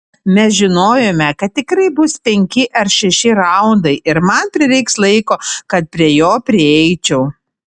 mes žinojome kad tikrai bus penki ar šeši raundai ir man prireiks laiko kad prie jo prieičiau